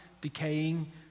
decaying